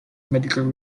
medical